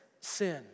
sin